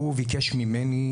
הוא ביקש ממני,